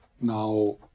now